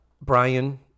Brian